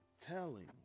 telling